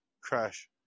crash